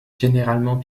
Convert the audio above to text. généralement